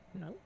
No